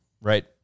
Right